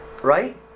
Right